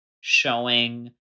showing